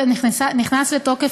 נרשום אותן לפרוטוקול.